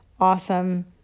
awesome